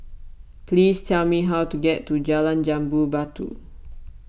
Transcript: please tell me how to get to Jalan Jambu Batu